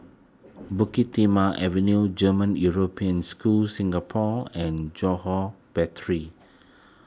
Bukit Timah Avenue German European School Singapore and Johore Battery